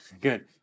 good